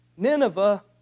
Nineveh